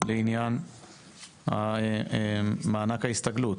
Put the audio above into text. לעניין מענק ההסתגלות.